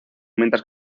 mientras